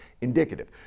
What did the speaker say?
indicative